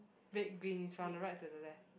red green is from the right to the left